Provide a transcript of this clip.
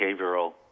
behavioral